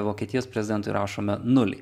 vokietijos prezidentui rašome nulį